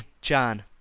Chan